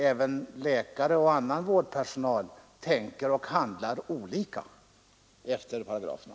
Även läkare och annan vårdpersonal tänker olika och handlar olika efter paragraferna.